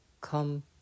come